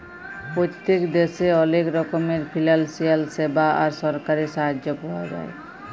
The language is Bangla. পত্তেক দ্যাশে অলেক রকমের ফিলালসিয়াল স্যাবা আর সরকারি সাহায্য পাওয়া যায়